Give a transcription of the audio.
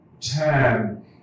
term